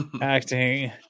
acting